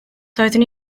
doeddwn